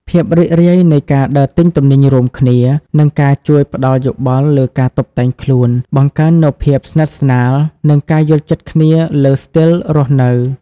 ភាពរីករាយនៃការដើរទិញទំនិញរួមគ្នា និងការជួយផ្ដល់យោបល់លើការតុបតែងខ្លួន បង្កើននូវភាពស្និទ្ធស្នាល និងការយល់ចិត្តគ្នាលើស្ទីលរស់នៅ។